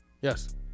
yes